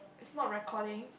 is not recording